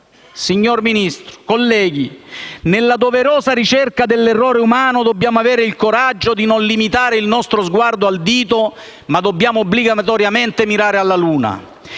Signor Ministro, colleghi, nella doverosa ricerca dell'errore umano, dobbiamo avere il coraggio di non limitare il nostro sguardo al dito, ma dobbiamo obbligatoriamente mirare alla luna.